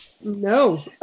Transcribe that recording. No